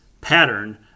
pattern